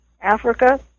Africa